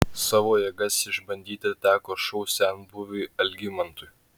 savo jėgas išbandyti teko šou senbuviui algimantui